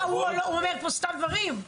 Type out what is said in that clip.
הוא אומר פה סתם דברים?